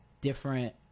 different